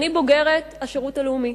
אני בוגרת השירות הלאומי,